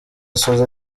asoza